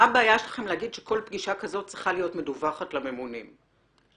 מה הבעיה שלכם להגיד שכל פגישה שכזו צריכה להיות מדווחת לממונים למשל.